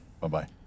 Bye-bye